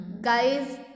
guys